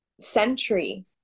century